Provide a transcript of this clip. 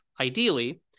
ideally